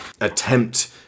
attempt